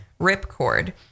Ripcord